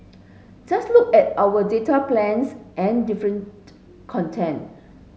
just look at our data plans and different content